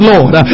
Lord